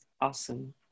Awesome